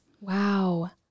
Wow